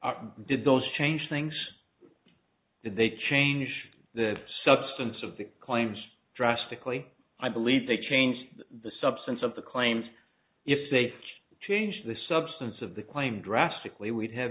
are did those change things did they change the substance of the claims drastically i believe they changed the substance of the claims if they changed the substance of the claim drastically we'd have